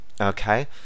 okay